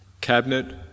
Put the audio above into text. cabinet